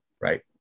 Right